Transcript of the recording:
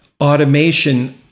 automation